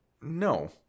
no